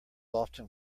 often